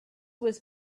was